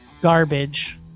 garbage